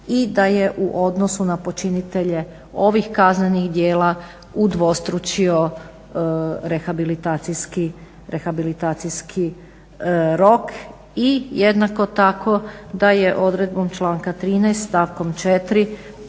i da je u odnosu na počinitelje ovih kaznenih djela udvostručio rehabilitacijski rok i jednako tako da je odredbom članka 13. stavkom 4.